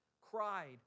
cried